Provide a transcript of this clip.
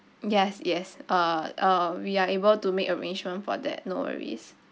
yes yes uh uh we are able to make arrangement for that no worries